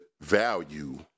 value